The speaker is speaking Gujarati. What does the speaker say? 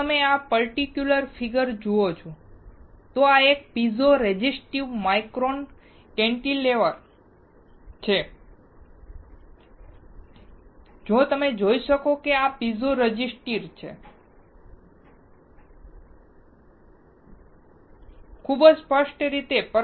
જો તમે આ પર્ટિક્યુલર ફિગર જુઓ છો તો તે એક પિઝો રેઝિસ્ટિવ માઇક્રો કેન્ટિલેવર છે તમે જોઈ શકો છો કે આ પીઝો રેઝિસ્ટર છે ખૂબ સ્પષ્ટ રીતે